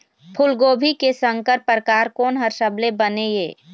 फूलगोभी के संकर परकार कोन हर सबले बने ये?